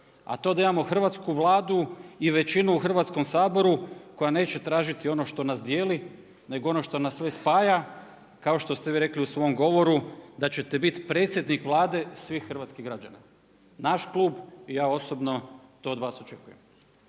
a to je da imamo Hrvatsku vladu i većinu u Hrvatskom saboru koja neće tražiti ono što nas dijeli nego ono što nas sve spaja kao što ste vi rekli u svom govoru da ćete biti predsjednik Vlade svih hrvatskih građana. Naš klub i ja osobno to od vas očekujemo.